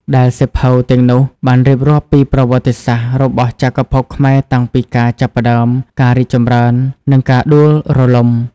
ដែលសៀវភៅទាំងនោះបានរៀបរាប់ពីប្រវត្តិសាស្ត្ររបស់ចក្រភពខ្មែរតាំងពីការចាប់ផ្ដើម ការរីកចម្រើន និងការដួលរលំ។